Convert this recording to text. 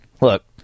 look